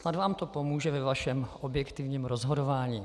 Snad vám to pomůže ve vašem objektivním rozhodování.